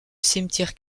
cimetière